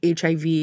HIV